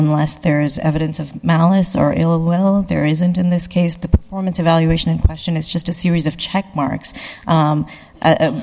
nless there is evidence of malice or ill well there isn't in this case the performance evaluation and question is just a series of checkmarks